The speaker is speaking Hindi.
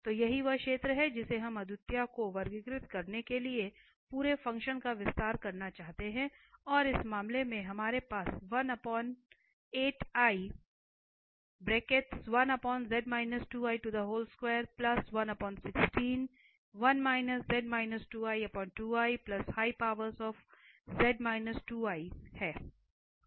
तो यही वह क्षेत्र है जिसे हम अद्वितीयता को वर्गीकृत करने के लिए पूरे फंक्शन का विस्तार करना चाहते हैं और इस मामले में हमारे पास है